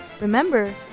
Remember